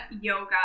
yoga